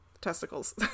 testicles